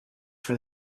for